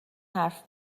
حرف